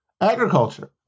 agriculture